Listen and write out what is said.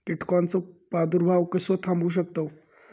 कीटकांचो प्रादुर्भाव कसो थांबवू शकतव?